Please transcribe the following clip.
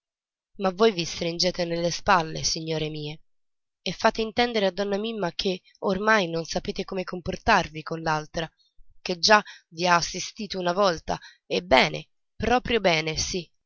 ma voi vi stringete nelle spalle signore mie e fate intendere a donna mimma che ormai non sapete come comportarvi con l'altra che già vi ha assistito una volta e bene proprio bene sì